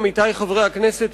עמיתי חברי הכנסת,